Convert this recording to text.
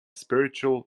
spiritual